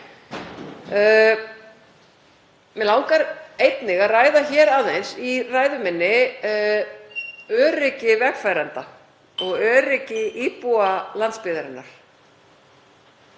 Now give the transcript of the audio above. Mig langar einnig að ræða hér aðeins um öryggi vegfarenda og öryggi íbúa landsbyggðarinnar.